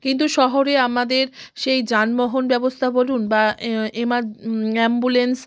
কিন্তু শহরে আমাদের সেই যানবাহন ব্যবস্থা বলুন বা এ এমা অ্যামবুলেন্স